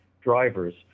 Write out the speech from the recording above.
drivers